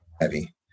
Heavy